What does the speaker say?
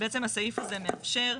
בעצם הסעיף הזה מאפשר,